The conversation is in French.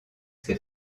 ses